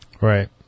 Right